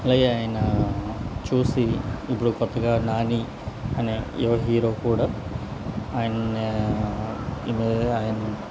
అలాగే ఆయన చూసి ఇప్పుడు క్రొత్తగా నాని అనే యువ హీరో కూడా ఆయన ఈ మీద ఆయన